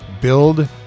Build